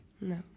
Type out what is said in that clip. No